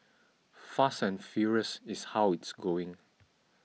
fast and furious is how it's going